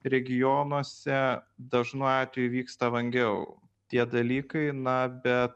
regionuose dažnu atveju vyksta vangiau tie dalykai na bet